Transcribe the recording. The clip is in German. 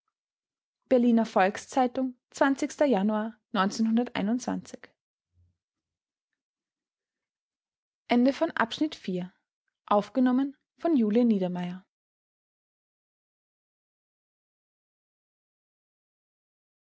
berliner volks-zeitung januar